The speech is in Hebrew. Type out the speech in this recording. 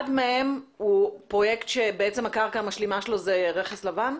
אחד מהם הוא פרויקט שבעצם הקרקע המשלימה שלו היא רכס לבן?